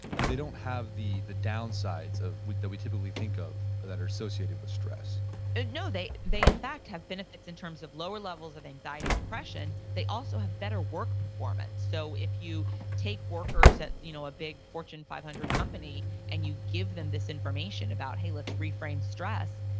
like they don't have the the downsides that we typically think of that are associated with stress and no, they they in fact have benefits in terms of lower levels of anxiety and depression. they also have better work performance. so if you take workers at you know a big fortune five hundred company and you give them this information about, hey, let's reframe stress,